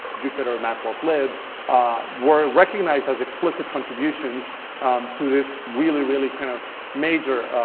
jupyter, matplotlib were recognized as explicit contributions to this really, really kind of major,